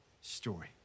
story